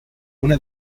una